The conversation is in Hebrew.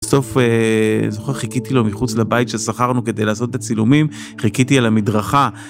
בסוף, אני זוכר, חיכיתי לו מחוץ לבית ששכרנו כדי לעשות את הצילומים, חיכיתי על המדרכה.